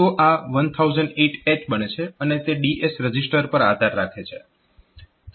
તો આ 1008H બને છે અને તે DS રજીસ્ટર પર આધાર રાખે છે